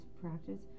practice